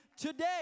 today